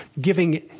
giving